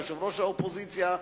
יושב-ראש האופוזיציה,